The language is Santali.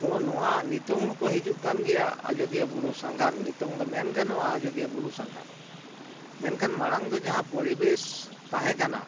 ᱛᱚ ᱱᱚᱣᱟ ᱱᱤᱛᱚᱝ ᱦᱚᱸᱠᱚ ᱦᱤᱡᱩᱜ ᱠᱟᱱ ᱜᱮᱭᱟ ᱟᱡᱚᱫᱤᱭᱟᱹ ᱵᱩᱨᱩ ᱥᱟᱸᱜᱷᱟᱨ ᱱᱤᱛᱚᱝ ᱫᱚ ᱢᱮᱱ ᱜᱟᱱᱚᱜᱼᱟ ᱟᱡᱚᱫᱤᱭᱟᱹ ᱵᱩᱨᱩ ᱥᱟᱸᱜᱷᱟᱨ ᱢᱮᱱᱠᱷᱟᱱ ᱢᱟᱲᱟᱝ ᱫᱚ ᱡᱟᱦᱟᱸ ᱯᱚᱨᱤᱵᱮᱥ ᱛᱟᱦᱮᱸ ᱠᱟᱱᱟ